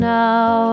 now